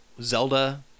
Zelda